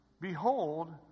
Behold